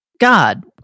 God